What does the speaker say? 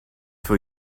for